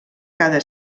cada